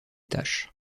taches